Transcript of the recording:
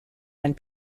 and